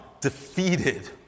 defeated